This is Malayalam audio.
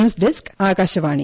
news desk Akashvani